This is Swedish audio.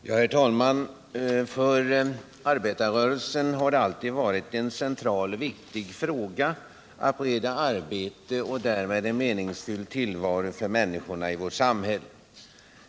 Herr talman! För arbetarrörelsen har det alltid varit en central och viktig fråga att bereda arbete och därmed en meningsfylld tillvaro för människorna i vårt samhälle.